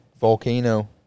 volcano